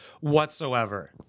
whatsoever